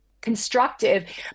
constructive